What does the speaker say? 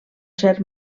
cert